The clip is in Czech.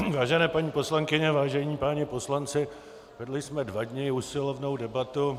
Vážené paní poslankyně, vážení páni poslanci, vedli jsme dva dny usilovnou debatu.